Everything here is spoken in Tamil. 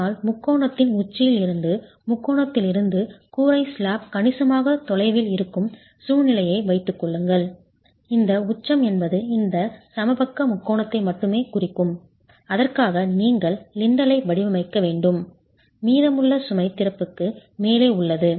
ஆனால் முக்கோணத்தின் உச்சியில் இருந்து முக்கோணத்திலிருந்து கூரை ஸ்லாப் கணிசமாக தொலைவில் இருக்கும் சூழ்நிலையை வைத்துக்கொள்ளுங்கள் இந்த உச்சம் என்பது இந்த சமபக்க முக்கோணத்தை மட்டுமே குறிக்கும் அதற்காக நீங்கள் லிண்டலை வடிவமைக்க வேண்டும் மீதமுள்ள சுமை திறப்புக்கு மேலே உள்ளது